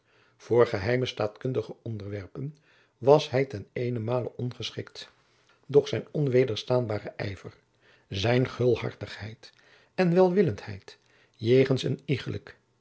voor geheime staatkundige ontwerpen was hij ten eenemale ongeschikt doch zijn onwederstaanbare ijver zijne gulhartigheid en welwillenheid jegens een iegelijk